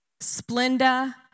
Splenda